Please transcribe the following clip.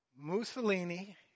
Mussolini